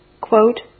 quote